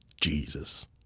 Jesus